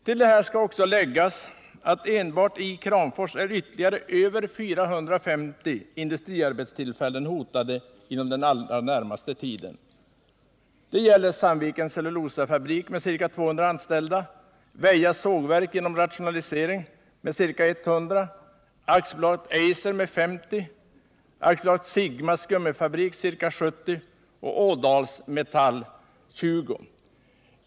Till detta skall läggas att enbart i Kramfors är ytterligare över 450 industriarbetstillfällen hotade inom den allra närmaste tiden. Det gäller Sandvikens cellulosafabrik med ca 200 anställda, Väja sågverk som genom rationalisering minskar med ca 100, AB Eiser som minskar med 50, AB Sigmas gummifabrik med ca 70 och Ådalsmetall med ca 20.